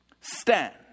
stand